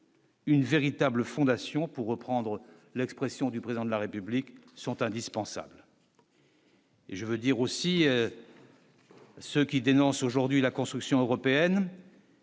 Une véritable fondation pour reprendre l'expression du président de la République sont indispensables. Je veux dire aussi. Ceux qui dénoncent aujourd'hui la construction européenne.